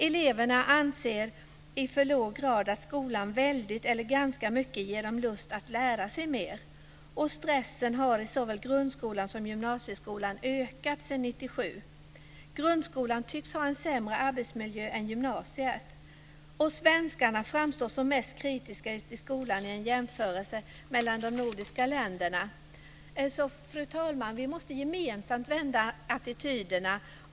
Eleverna anser i för låg grad att skolan väldigt eller ganska mycket ger dem lust att lära sig mer. Stressen har ökat sedan 1997 i såväl grundskolan som gymnasieskolan. Grundskolan tycks ha en sämre arbetsmiljö än gymnasiet. Svenskarna framstår som mest kritiska till skolan i en jämförelse mellan de nordiska länderna. Fru talman! Vi måste gemensamt vända attityderna.